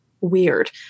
weird